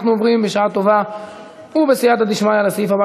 אנחנו עוברים בשעה טובה ובסייעתא דשמיא לסעיף הבא